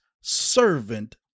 servant